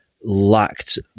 lacked